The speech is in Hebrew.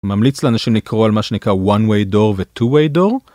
ממליץ לאנשים לקרוא על מה שנקרא one-way door ו-two-way door